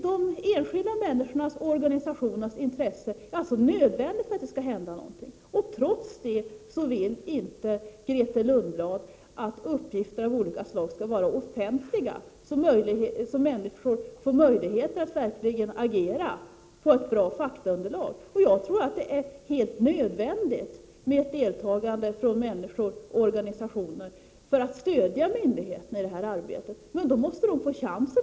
De enskilda människornas och organisationernas initiativ och intresse är alltså nödvändigt för att det skall hända någonting, men trots det vill inte Grethe Lundblad att uppgifter av olika slag skall vara offentliga, så att människor verkligen får möjlighet att agera på ett bra faktaunderlag. Jag tror det är helt nödvändigt med deltagande från människor och organisationer för att stödja myndigheterna i det här arbetet. Men då måste de också få chansen!